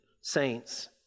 saints